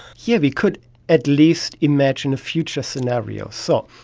yeah we could at least imagine a future scenario. so,